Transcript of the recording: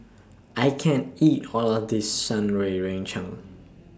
I can't eat All of This Shan Rui